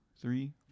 three